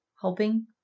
helping